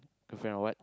girlfriend or what